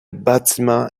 bâtiment